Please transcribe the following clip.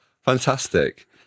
Fantastic